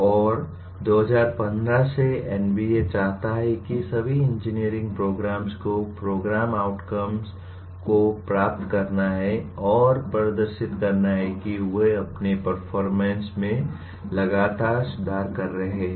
और 2015 से एनबीए चाहता है कि सभी इंजीनियरिंग प्रोग्राम्स को प्रोग्राम आउटकम्स को प्राप्त करना है और प्रदर्शित करना है कि वे अपने परफॉर्मेंस में लगातार सुधार कर रहे हैं